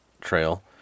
trail